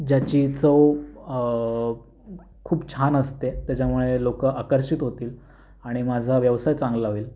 ज्याची चव खूप छान असते त्याच्यामुळे लोक आकर्षित होतील आणि माझा व्यवसाय चांगला होईल